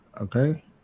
okay